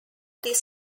this